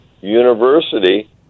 university